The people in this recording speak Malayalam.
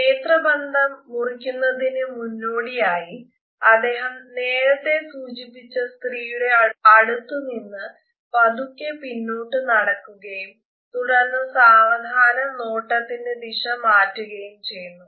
നേത്രബന്ധം മുറിക്കുന്നതിനു മുന്നോടിയായി അദ്ദേഹം നേരത്തെ സൂചിപ്പിച്ച സ്ത്രീയുടെ അടുത്ത് നിന്ന് പതുക്കെ പിന്നോട്ട് നടക്കുകയും തുടർന്ന് സാവധാനം നോട്ടത്തിന്റെ ദിശ മാറ്റുകയും ചെയ്യുന്നു